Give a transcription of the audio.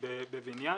בבניין.